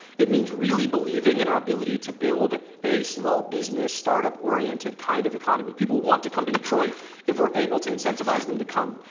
it means really believing in our ability to build a small business, startup-oriented kind of economy. people want to come to detroit if we're able to incentivize them to come.